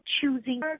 choosing